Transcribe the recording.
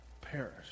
Perish